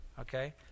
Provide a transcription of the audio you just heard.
Okay